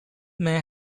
may